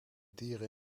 dieren